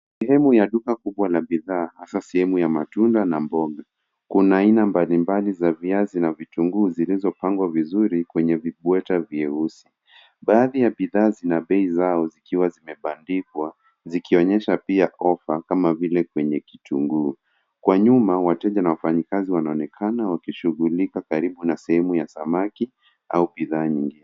Sehemu ya duka kubwa lenye bidhaa hasa sehemu ya matunda na mboga. Kuna aina mbalimbali za viazi na vitunguu zilizopangwa vizuri kwenye vibweta vyeusi. Baadhi ya bidhaa zina bei zao zikiwa zimebandikwa zikionyesha pia offer kama vile kwenye kitunguu. Kwa nyuma wateja na wafanyikazi wanaonekana wakishughulika karibu na sehemu ya samaki au bidhaa nyingine.